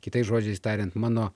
kitais žodžiais tariant mano